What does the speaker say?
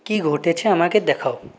কী ঘটেছে আমাকে দেখাও